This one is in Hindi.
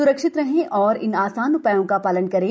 सुरक्षित रहें और इन आसान उपायों का पालन करें